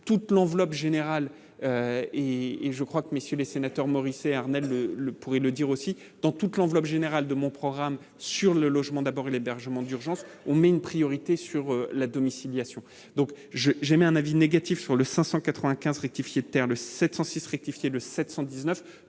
toute l'enveloppe générale et et je crois que messieurs les sénateurs, Morrissey Armel Le le pourrait le dire aussi dans toute l'enveloppe générale de mon programme sur le logement d'abord et l'hébergement d'urgence, on met une priorité sur la domiciliation donc. Je j'émets un avis négatif sur le 595 rectifié de terre le 706 rectifié le 719